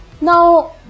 Now